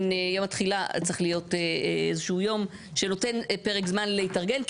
יום התחילה צריך להיות איזשהו יום שנותן פרק זמן להתארגן.